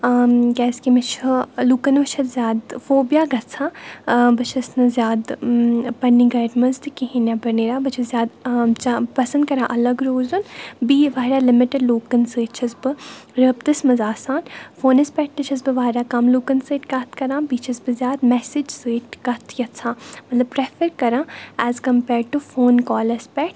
ٲں کیازِکہِ مےٚ چھُ لوٗکَن وُچھِتھ زیادٕ فوبیہ گَژھان ٲں بہٕ چھَس نہٕ زیادٕ پننہِ گَھرِ منٛز تہٕ کہیٖنۍ نیٚبَر نیران بہٕ چھَس زیادٕ ٲں جا پَسَنٛد کَران الگ روزُن بیٚیہِ واریاہ لِمِٹٕڈ لوٗکَن سۭتۍ چھَس بہٕ رٲبطَس منٛز آسان فونَس پٮ۪ٹھ تہِ چھَس بہٕ واریاہ کَم لوٗکَن سۭتۍ کَتھ کَران بیٚیہِ چھَس بہٕ زیادٕ میٚسیج سۭتۍ کَتھ یَژھان مطلب پرٛیٚفَر کَران ایز کَمپیٲرڈ ٹوٚ فوٗن کالَس پٮ۪ٹھ